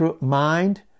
mind